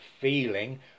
feeling